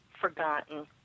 forgotten